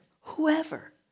whoever